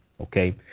okay